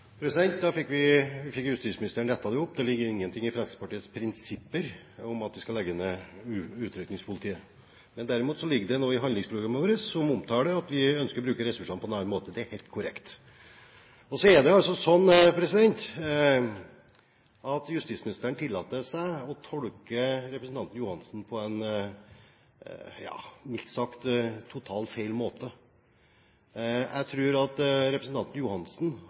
Da fikk justisministeren rettet det opp. Det ligger ingenting i Fremskrittspartiets prinsipper om at vi skal legge ned Utrykningspolitiet. Men derimot ligger det nå i handlingsprogrammet vårt, som omtaler at vi ønsker å bruke ressursene på en annen måte – det er helt korrekt. Så er det altså sånn at justisministeren tillater seg å tolke representanten Ørsal Johansen på en, ja mildt sagt, totalt feil måte. Jeg tror at representanten Ørsal Johansen